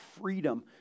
freedom